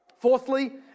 Fourthly